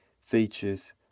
features